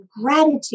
gratitude